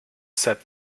said